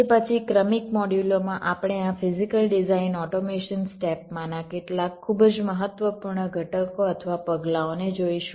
તે પછી ક્રમિક મોડ્યુલોમાં આપણે આ ફિઝીકલ ડિઝાઇન ઓટોમેશન સ્ટેપ માંના કેટલાક ખૂબ જ મહત્વપૂર્ણ ઘટકો અથવા પગલાંઓને જોઈશું